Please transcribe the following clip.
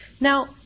Now